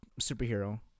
superhero